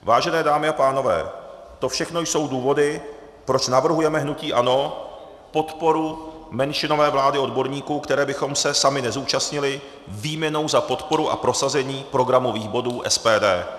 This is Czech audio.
Vážené dámy a pánové, to všechno jsou důvody, proč navrhujeme hnutí ANO podporu menšinové vlády odborníků, které bychom se sami nezúčastnili, výměnou za podporu a prosazení programových bodů SPD.